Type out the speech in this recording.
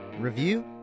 review